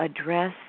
address